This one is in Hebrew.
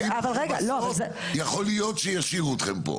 במילים מכובסות, יכול להיות שישאירו אתכם כאן.